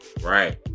Right